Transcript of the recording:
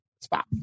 spot